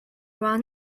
run